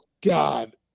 God